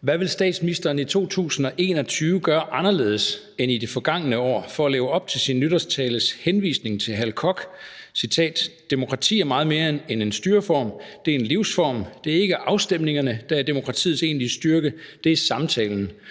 Hvad vil statsministeren i 2021 gøre anderledes end i det forgangne år for at leve op til sin nytårstales henvisning til Hal Koch: »Demokrati er meget mere end en styreform. Det er en livsform. Det er ikke afstemningerne, der er demokratiets egentlige styrke. Det er samtalen.